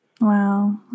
Wow